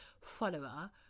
follower